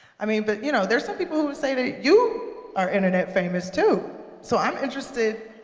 i mean but you know there's some people who say that you are internet famous, too. so i'm interested